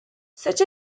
such